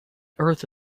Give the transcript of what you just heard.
earth